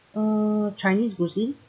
uh chinese cuisine